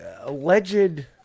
alleged